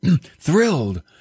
thrilled